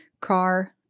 Car